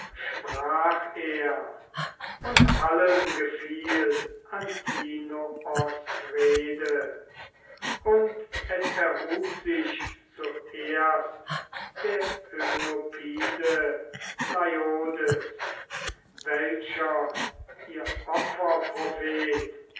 sprach er und allen gefiel antinoos rede und es erhub sich zuerst der